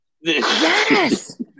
Yes